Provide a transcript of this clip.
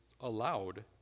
allowed